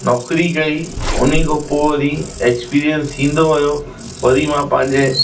नौकिरी कई उन्ही खां पोइ वरी एक्सपीरिएंस थींदो वियो वरी मां पंहिंजे